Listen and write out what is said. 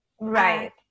Right